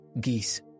geese